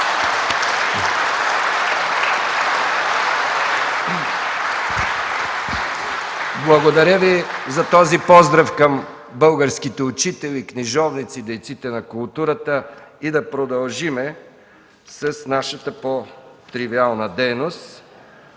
Благодаря Ви за този поздрав към българските учители, книжовници, дейците на културата и да продължим с нашата по-тривиална дейност.